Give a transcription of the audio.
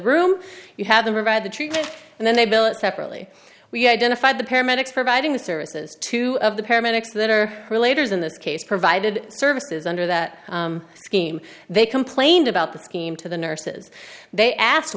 room you have them read the treatment and then they bill it separately we identified the paramedics providing the services two of the paramedics that are related in this case provided services under that scheme they complained about the scheme to the nurses they asked